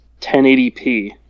1080p